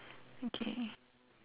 okay